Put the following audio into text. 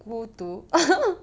孤独